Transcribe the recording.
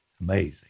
Amazing